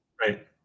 Right